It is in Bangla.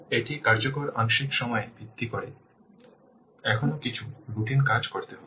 একটি কার্যকর আংশিক সময়ের ভিত্তি থাকবে কারণ এখনও কিছু রুটিন কাজ করতে হবে